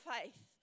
Faith